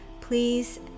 please